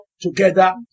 Together